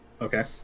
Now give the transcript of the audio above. Okay